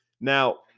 Now